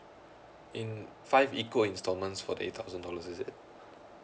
in five equal instalments for the eight thousand dollars is it